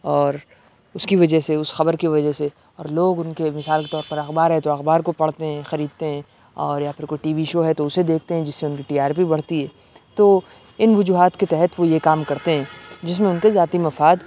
اور اس کی وجہ سے اس خبر کی وجہ سے اور لوگ ان کے مثال کے طور پر اخبار ہے تو اخبار کو پڑھتے ہیں خریدتے ہیں اور پھر یا کوئی ٹی وی شو ہے تو اسے دیکھتے ہیں جس سے ان کی ٹی آر پی بڑھتی ہے تو ان وجوہات کے تحت وہ یہ کام کرتے ہیں جس میں ان کے ذاتی مفاد